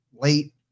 late